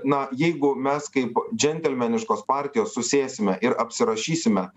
na jeigu mes kaip džentelmeniškos partijos susėsime ir apsirašysime